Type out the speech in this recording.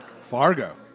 Fargo